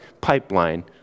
pipeline